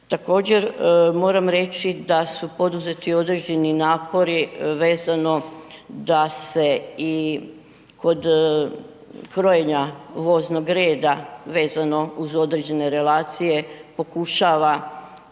Također moram reći da su poduzeti određeni napori vezano da se i kod krojenja voznog reda vezano uz određeno relacije pokušava